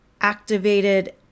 activated